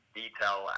detail